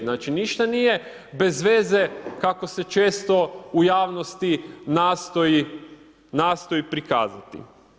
Znači ništa nije bezveze kako se često u javnosti nastoji prikazati.